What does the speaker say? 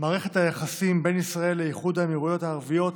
מערכת היחסים בין ישראל לאיחוד האמירויות הערביות